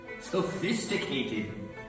sophisticated